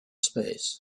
space